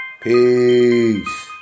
Peace